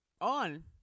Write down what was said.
on